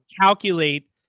calculate